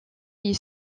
est